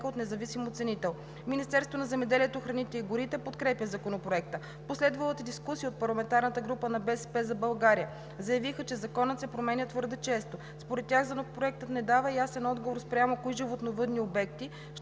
от независим оценител. Министерството на земеделието, храните и горите подкрепя Законопроекта. В последвалата дискусия от парламентарната група на „БСП за България“ заявиха, че Законът се променя твърде често. Според тях Законопроектът не дава ясен отговор спрямо кои животновъдни обекти